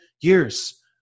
years